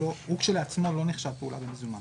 הוא כשלעצמו לא נחשב פעולה במזומן.